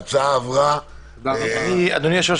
אדוני היושב-ראש,